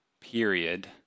period